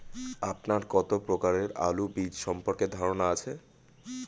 আপনার কত প্রকারের আলু বীজ সম্পর্কে ধারনা আছে?